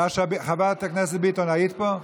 חברת הכנסת ביטון, היית פה?